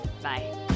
Bye